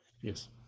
Yes